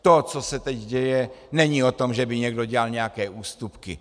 To, co se teď děje, není o tom, že by někdo dělal nějaké ústupky.